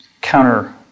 counter